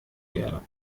werde